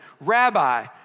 Rabbi